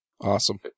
Awesome